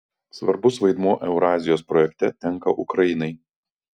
svarbus vaidmuo eurazijos projekte tenka ukrainai